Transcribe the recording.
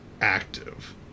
active